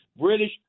British